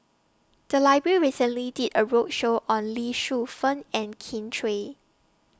The Library recently did A roadshow on Lee Shu Fen and Kin Chui